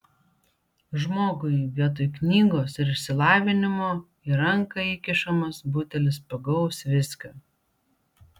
žmogui vietoj knygos ir išsilavinimo į ranką įkišamas butelis pigaus viskio